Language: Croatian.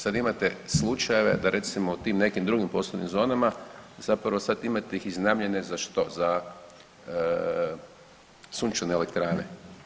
Sad imate slučajeve da recimo u tim nekim drugim poslovnim zonama zapravo sad imate ih iznajmljene za što, za sunčane elektrane.